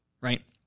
right